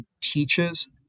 teaches